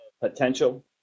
potential